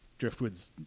driftwoods